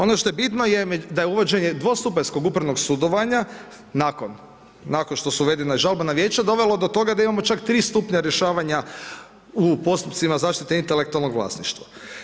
Ono što je bitno da je uvođenje dvostupanjskog upravnog sudovanja nakon što su uvedena žalbena vijeća dovelo do toga da imamo čak tri stupnja rješavanja u postupcima zaštite intelektualnog vlasništva.